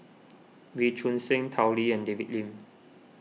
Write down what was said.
Wee Choon Seng Tao Li and David Lim